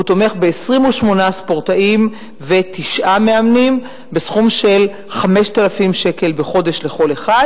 ב-28 ספורטאים ותשעה מאמנים בסכום של 5,000 שקל בחודש לכל אחד.